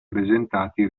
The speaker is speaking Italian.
presentati